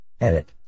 Edit